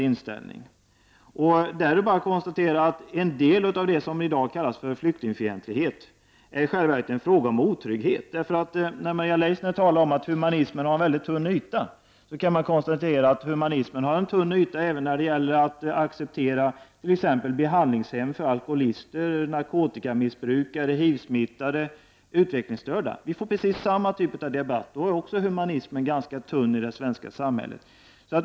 Där är det bara att konstatera att en del av det som i dag kallas för flyktingfientlighet i själva verket är otrygghet. Maria Leissner talar om att humaniteten har väldigt tunn yta. Man kan säga att humaniteten har en mycket tunn yta även när det gäller att acceptera t.ex. behandlingshem för alkoholister, för narkotikamissbrukare och HIV-smittade samt utvecklingsstörda. Då får vi precis samma typ av debatt, och då är också humaniteten ganska tunn i det svenska samhället.